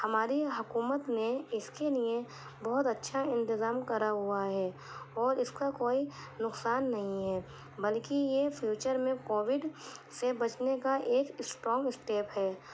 ہماری حکومت نے اس کے لیے بہت اچھا انتظام کرا ہوا ہے اور اس کا کوئی نقصان نہیں ہے بلکہ یہ فیوچر میں کووڈ سے بچنے کا ایک اسٹرانگ اسٹیپ ہے